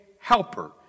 helper